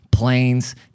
Planes